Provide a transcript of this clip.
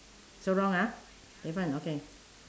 so wrong ah in front okay